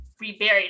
reburied